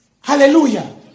Hallelujah